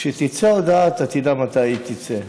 כשתצא ההודעה, אתה תדע מתי היא תצא.